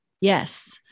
Yes